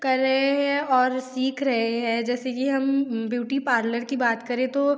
कर रहे हैं और सीख रहे हैं जैसे कि हम ब्यूटी पार्लर की बात करें तो